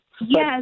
Yes